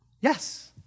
Yes